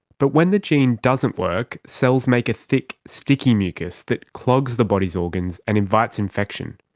but when the gene doesn't work, cells make a thick sticky mucus that clogs the body's organs and invites infection.